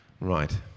Right